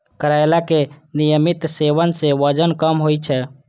करैलाक नियमित सेवन सं वजन कम होइ छै